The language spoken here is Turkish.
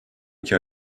iki